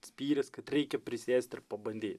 spyris kad reikia prisėst ir pabandy